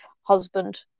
husband